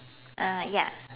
uh ya